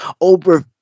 over